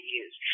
use